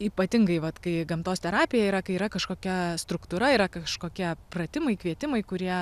ypatingai vat kai gamtos terapija yra kai yra kažkokia struktūra yra kažkokia pratimai kvietimai kurie